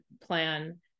plan